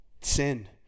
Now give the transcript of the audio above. sin